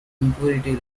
impurity